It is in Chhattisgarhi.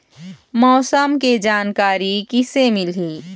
मौसम के जानकारी किसे मिलही?